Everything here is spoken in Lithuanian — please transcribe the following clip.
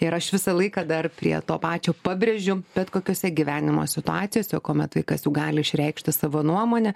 ir aš visą laiką dar prie to pačio pabrėžiu bet kokiose gyvenimo situacijose kuomet vaikas jau gali išreikšti savo nuomonę